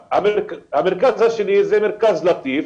המרכז השני זה מרכז לטיף,